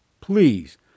please